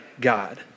God